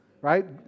Right